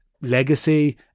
legacy